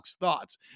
thoughts